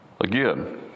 again